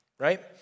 right